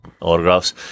autographs